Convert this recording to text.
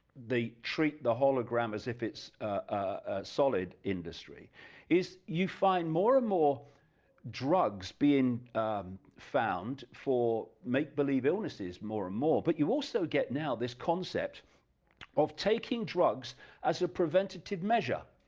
they treat the hologram as if it's a solid industry and you find more and more drugs being found for make-believe illnesses more and more, but you also get now this concept of taking drugs as a preventative measure,